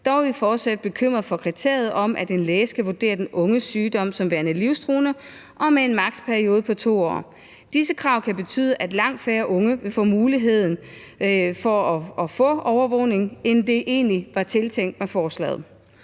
er vi fortsat bekymrede over kriteriet om, at en læge skal vurdere den unges sygdom som værende livstruende og med en maks.-periode på 2 år. Disse krav kan betyde, at langt færre unge vil få muligheden for at få overvågning, end det egentlig var tiltænkt med forslaget.